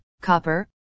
copper